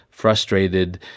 Frustrated